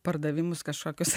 pardavimus kažkokius